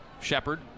Shepard